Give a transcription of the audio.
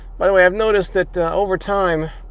by the way i've noticed that over time,